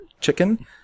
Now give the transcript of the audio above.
chicken